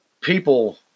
people